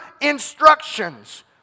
instructions